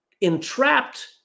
entrapped